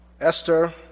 Esther